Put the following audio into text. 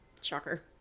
Shocker